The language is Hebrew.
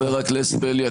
חבר הכנסת בליאק,